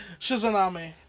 Shizunami